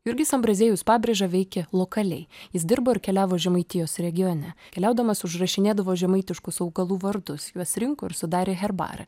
jurgis ambraziejus pabrėža veikė lokaliai jis dirbo ir keliavo žemaitijos regione keliaudamas užrašinėdavo žemaitiškus augalų vardus juos rinko ir sudarė herbarą